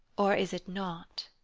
or is it not?